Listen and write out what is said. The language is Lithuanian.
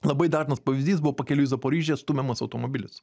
labai dažnas pavyzdys buvo pakeliui į zaporižę stumiamas automobilis